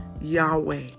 Yahweh